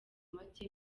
make